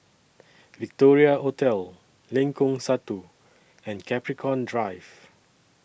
Victoria Hotel Lengkong Satu and Capricorn Drive